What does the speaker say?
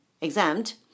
exempt